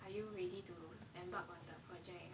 are you ready to embark on the project